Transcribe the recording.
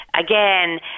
again